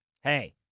Hey